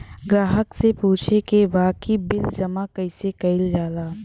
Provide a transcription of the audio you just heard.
ग्राहक के पूछे के बा की बिल जमा कैसे कईल जाला?